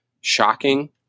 shocking